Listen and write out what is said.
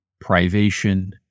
privation